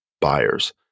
buyers